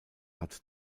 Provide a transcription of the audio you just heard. hat